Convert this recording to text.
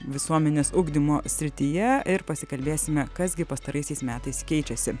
visuomenės ugdymo srityje ir pasikalbėsime kas gi pastaraisiais metais keičiasi